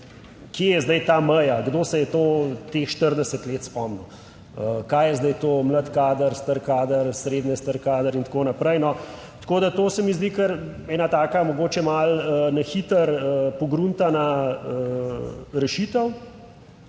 kje je zdaj ta meja, kdo se je to teh 40 let spomnil? Kaj je zdaj to, mlad kader, star kader, srednje star kader in tako naprej. Tako da to se mi zdi kar ena taka, mogoče malo na hitro pogruntana, rešitev?